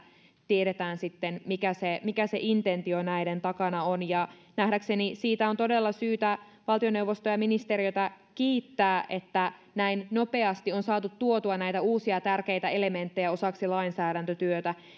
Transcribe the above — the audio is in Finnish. tiedetään sitten mikä se mikä se intentio näiden takana on ja nähdäkseni siitä on todella syytä valtioneuvostoa ja ministeriötä kiittää että näin nopeasti on saatu tuotua näitä uusia tärkeitä elementtejä osaksi lainsäädäntötyötä